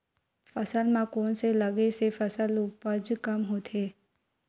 फसल म कोन से लगे से फसल उपज कम होथे?